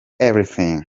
everything